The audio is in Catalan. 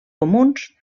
comuns